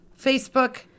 Facebook